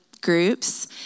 groups